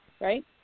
right